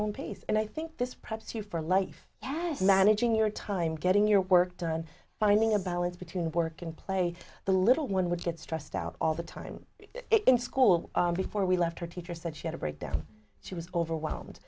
own pace and i think this practice you for life yes managing your time getting your work done finding a balance between work and play the little one would get stressed out all the time it in school before we left her teacher said she had a breakdown she was overwhelmed